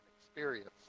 experience